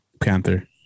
Panther